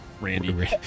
Randy